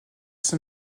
ses